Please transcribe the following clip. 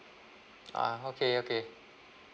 ah okay okay